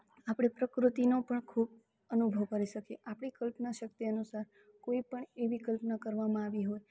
આપણે પ્રકૃતિનો પણ ખૂબ અનુભવ કરી શકીએ આપણી કલ્પના શક્તિ અનુસાર કોઈપણ એવી કલ્પના કરવામાં આવી હોય